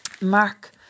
Mark